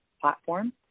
platform